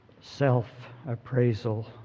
self-appraisal